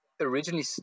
originally